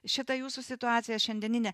šitą jūsų situaciją šiandieninę